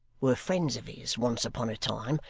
were friends of his, once upon a time,